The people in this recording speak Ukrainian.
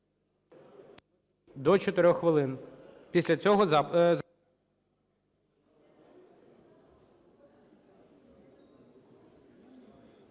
до 4 хвилин.